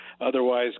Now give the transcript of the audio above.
otherwise